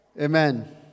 amen